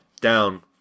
Down